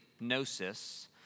Gnosis